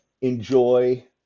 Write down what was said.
enjoy